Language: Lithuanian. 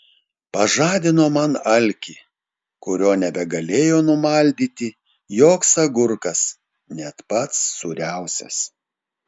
pažadino man alkį kurio nebegalėjo numaldyti joks agurkas net pats sūriausias